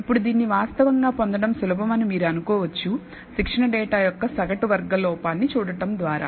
ఇప్పుడు దీన్ని వాస్తవంగా పొందడం సులభం అని మీరు అనుకోవచ్చు శిక్షణ డేటా యొక్క సగటు వర్గ లోపాన్ని చూడటం ద్వారా